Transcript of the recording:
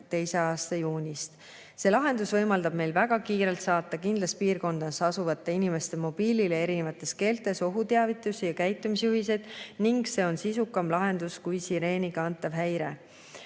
2022. aasta juunist. See lahendus võimaldab meil väga kiirelt saata kindlas piirkonnas asuvate inimeste mobiilile erinevates keeltes ohuteavitusi ja käitumisjuhiseid ning see on sisukam lahendus kui sireeniga antav häire.